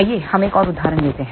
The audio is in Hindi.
आइए हम एक और उदाहरण लेते हैं